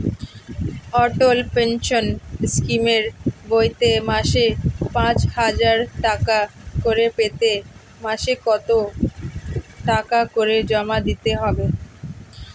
অটল pension স্কিমের বইতে মাসে পাঁচ হাজার টাকা করে পেতে মাসে কত টাকা করে জমা দিতে হবে?